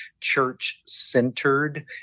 church-centered